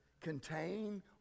contain